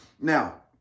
Now